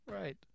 Right